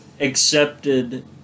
accepted